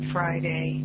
Friday